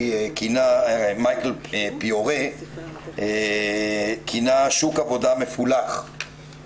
מייקל פיורה כינה בשם "שוק עבודה מפולח".